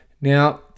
Now